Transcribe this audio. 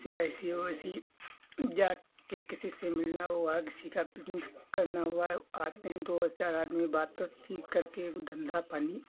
इसलिए ऐसी वैसी जा के किसी से मिलना और और किसी का बिजनिस उसमें करना हुआ आदमी दो चार आदमी बातो चीत करके भी धंधा पानी